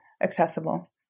accessible